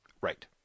right